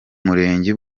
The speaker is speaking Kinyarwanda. murenge